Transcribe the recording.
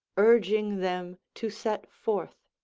urging them to set forth.